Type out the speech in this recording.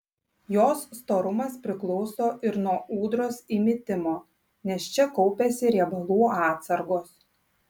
jos storumas priklauso ir nuo ūdros įmitimo nes čia kaupiasi riebalų atsargos